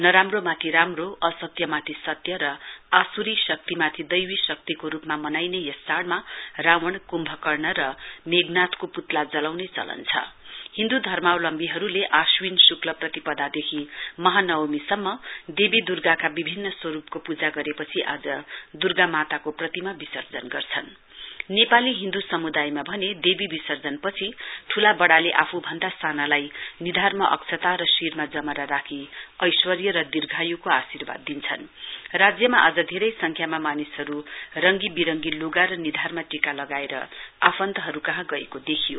नराम्रोमाथि राम्रो असत्यमाथि सत्य र आस्री शक्तिमाथि दैवी शक्तिको विजयको रुपमा मनाइने यस चाढ़मा रावण क्म्भकर्ण र मेधनाथको पुत्ला जलाउने चलन छ हिन्द् धर्मावलम्बीहरुले आश्विन श्क्ल प्रतिप्रदादेखि महानवमीसम्म देवी द्र्गाका विभिन्न स्वरुपको पूजा गरेपछि आज दुर्गा माताको प्रतिमा विसर्जन गर्छन नेपाली हिन्द् समुदायमा भने देवी विसर्जनपछि ठूला वड़ाले आफूभन्दा सानालाई निधारमा अक्षता र शिरमा जमरा राखि ऐश्वर्य र दीर्घायुको आर्शिवाद दिन्छन राज्यमा आज धेरै संख्यामा मानिसहरु रंगीविरंगी ल्गा र निधारमा टीका लगाएर आफन्तहरुकहाँ गएको देखियो